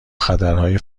خطرهای